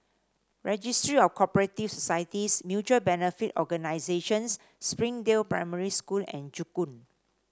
Registry of Co operative Societies Mutual Benefit Organisations Springdale Primary School and Joo Koon